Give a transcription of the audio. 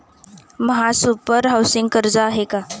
महासुपर हाउसिंग कर्ज आहे का?